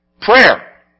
Prayer